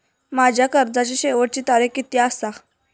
माझ्या कर्जाची शेवटची तारीख किती आसा?